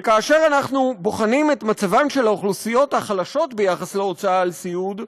וכאשר אנחנו בוחנים את מצבן של האוכלוסיות החלשות ביחס להוצאה על סיעוד,